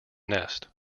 nest